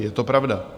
Je to pravda.